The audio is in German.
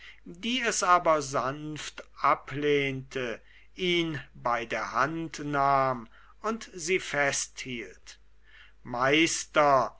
die es aber sanft ablehnte ihn bei der hand nahm und sie festhielt meister